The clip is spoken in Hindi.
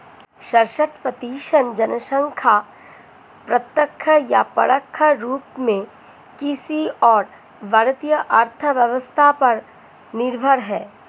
सड़सठ प्रतिसत जनसंख्या प्रत्यक्ष या परोक्ष रूप में कृषि और भारतीय अर्थव्यवस्था पर निर्भर है